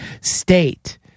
state